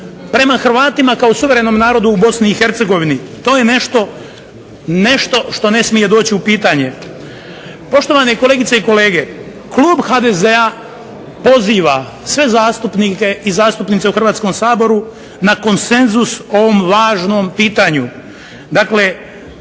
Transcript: prema Hrvatima kao suverenom narodu u Bosni i Hercegovini. To je nešto što ne smije doći u pitanje. Poštovane kolegice i kolege, klub HDZ-a poziva sve zastupnike i zastupnice u Hrvatskom saboru na konsenzus o ovom važnom pitanju,